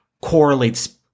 correlates